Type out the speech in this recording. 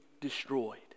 destroyed